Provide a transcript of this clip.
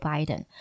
Biden